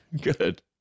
Good